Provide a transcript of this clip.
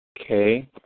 Okay